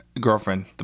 girlfriend